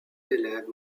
élève